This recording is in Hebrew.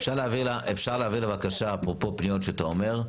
אפשר להעביר, אפרופו פניות שאתה אומר,